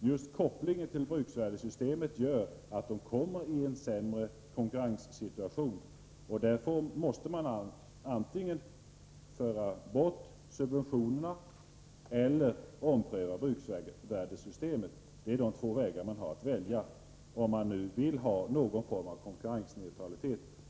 just kopplingen till bruksvärdessystemet gör att de kommer i en sämre konkurrenssituation. Därför måste man antingen föra bort subventionerna eller ompröva bruksvärdessystemet. Det är de två vägar man har att välja på, om man vill ha någon form av konkurrensneutralitet.